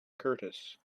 curtis